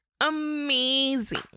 amazing